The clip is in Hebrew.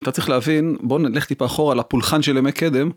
אתה צריך להבין בוא נלך טיפה אחורה לפולחן של ימי קדם.